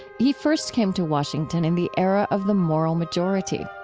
he first came to washington in the era of the moral majority.